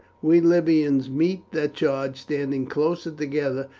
we libyans meet the charge standing closely together,